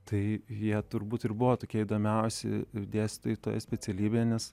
tai jie turbūt ir buvo tokie įdomiausi dėstytojai toje specialybėje nes